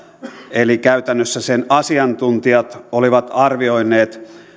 eli käytännössä sen asiantuntijat olivat arvioineet